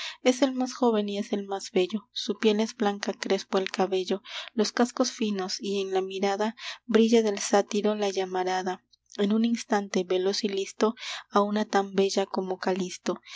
es el más joven y es el más bello su piel es blanca crespo el cabello los cascos finos y en la mirada brilla del sátiro la llamarada en un instante veloz y listo a una tan bella como kalisto